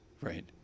Right